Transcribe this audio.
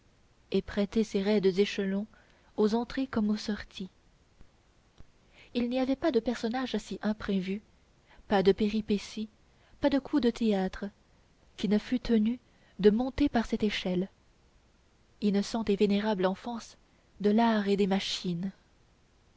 et prêter ses roides échelons aux entrées comme aux sorties il n'y avait pas de personnage si imprévu pas de péripétie pas de coup de théâtre qui ne fût tenu de monter par cette échelle innocente et vénérable enfance de l'art et des machines